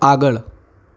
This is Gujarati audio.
આગળ